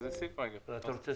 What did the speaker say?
התאריך